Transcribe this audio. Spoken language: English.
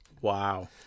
Wow